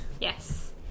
yes